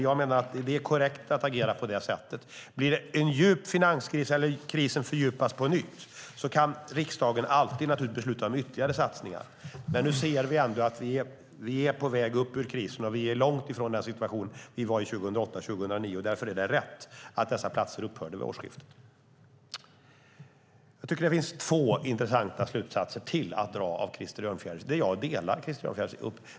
Jag menar att vi agerar korrekt. Om krisen fördjupas på nytt kan riksdagen alltid besluta om ytterligare satsningar, men nu ser vi att vi är på väg upp ur krisen. Vi är långt från den situation vi var i 2008-2009. Därför är det rätt att dessa platser upphör till årsskiftet. Jag tycker att det finns ytterligare två intressanta slutsatser att dra av Krister Örnfjäders resonemang, och på de punkterna håller jag med honom.